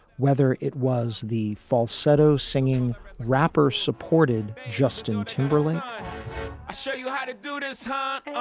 whether it was the falsetto singing rapper supported justin timberlake so you had to notice hot